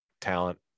talent